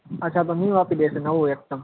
અચ્છા તો ન્યુ આપી દેશે નવું એકદમ